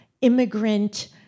immigrant